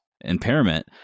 impairment